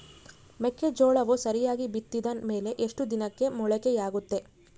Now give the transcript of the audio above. ಮೆಕ್ಕೆಜೋಳವು ಸರಿಯಾಗಿ ಬಿತ್ತಿದ ಮೇಲೆ ಎಷ್ಟು ದಿನಕ್ಕೆ ಮೊಳಕೆಯಾಗುತ್ತೆ?